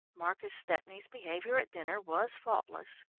marcus stepney's behaviour at dinner was faultless.